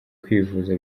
kwivuza